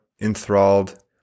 enthralled